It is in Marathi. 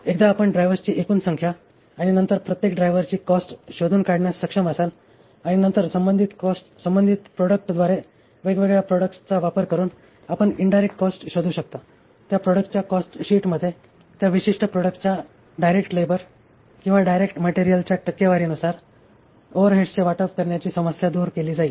एकदा आपण ड्रायव्हर्सची एकूण संख्या आणि नंतर प्रत्येक ड्रायव्हरची कॉस्ट शोधून काढण्यास सक्षम असाल आणि नंतर संबंधित प्रॉडक्ट द्वारे वेगवेगळ्या प्रॉडक्टचा वापर करून आपण इनडायरेक्ट कॉस्ट शोधू शकता त्या प्रॉडक्टच्या त्या कॉस्टशीटमध्ये त्या विशिष्ट प्रॉडक्टच्या डायरेक्ट लेबर किंवा डायरेक्ट मटेरियलच्या टक्केवारीनुसार ओव्हरहेड्सचे वाटप करण्याची समस्या दूर केली जाईल